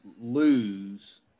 lose